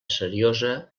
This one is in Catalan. seriosa